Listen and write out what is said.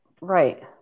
right